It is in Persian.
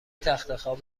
تختخواب